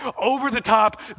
over-the-top